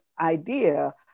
idea